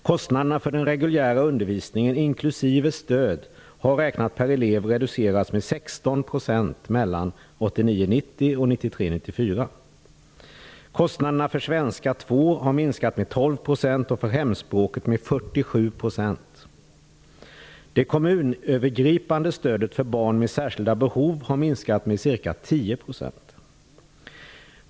Kostnaderna för den reguljära undervisningen inklusive stöd har räknat per elev reducerats med 16 % mellan 1989 94. Kostnaderna för svenska 2 har minskat med 12 % och för hemspråk med 47 %.